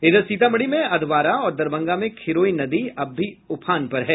इधर सीतामढ़ी में अधवारा और दरभंगा में खिराई नदी अब भी उफान पर है